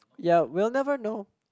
ya we'll never know